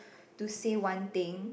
to say one thing